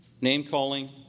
name-calling